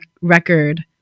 record